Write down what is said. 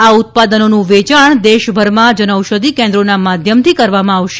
આ ઉત્પાદનોનું વેચાણ દેશભરમાં જનઔષધિ કેન્રોડાના માધ્યમથી કરવામાં આવશે